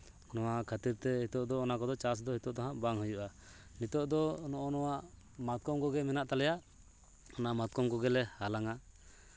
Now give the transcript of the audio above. ᱱᱚᱣᱟ ᱠᱷᱟᱹᱛᱤᱨ ᱛᱮ ᱱᱤᱛᱚᱜ ᱫᱚ ᱚᱱᱟ ᱠᱚᱫᱚ ᱪᱟᱥ ᱫᱚ ᱱᱤᱛᱚᱜ ᱫᱚ ᱦᱟᱜ ᱵᱟᱝ ᱦᱩᱭᱩᱜᱼᱟ ᱱᱤᱛᱚᱜ ᱫᱚ ᱱᱚᱜᱼᱚ ᱱᱚᱣᱟ ᱢᱟᱛᱠᱚᱢ ᱠᱚᱜᱮ ᱢᱮᱱᱟᱜ ᱛᱟᱞᱮᱭᱟ ᱚᱱᱟ ᱢᱟᱛᱠᱚᱢ ᱠᱚᱜᱮᱞᱮ ᱦᱟᱞᱟᱝᱟ